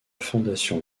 fondation